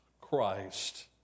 Christ